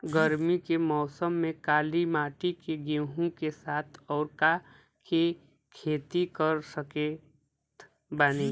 गरमी के मौसम में काली माटी में गेहूँ के साथ और का के खेती कर सकत बानी?